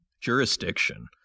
jurisdiction